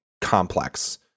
complex